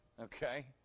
Okay